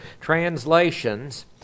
translations